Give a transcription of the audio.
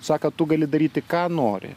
sako tu gali daryti ką nori